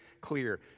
clear